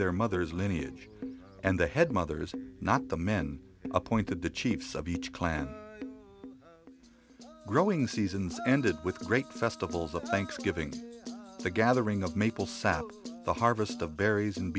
their mother's lineage and the head mothers not the men appointed the chiefs of each clan growing seasons ended with great festivals of thanksgiving the gathering of maple south the harvest of berries and